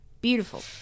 Beautiful